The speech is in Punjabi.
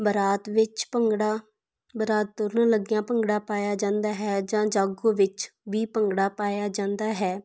ਬਰਾਤ ਵਿੱਚ ਭੰਗੜਾ ਬਰਾਤ ਤੁਰਨ ਲੱਗਿਆਂ ਭੰਗੜਾ ਪਾਇਆ ਜਾਂਦਾ ਹੈ ਜਾਂ ਜਾਗੋ ਵਿੱਚ ਵੀ ਭੰਗੜਾ ਪਾਇਆ ਜਾਂਦਾ ਹੈ